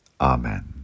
Amen